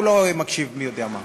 הוא לא מקשיב מי-יודע-מה.